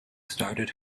started